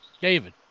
David